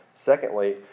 Secondly